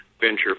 venture